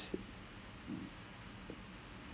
okay it's a it's a